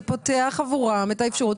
זה פותח עבורם את האפשרות.